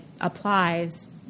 applies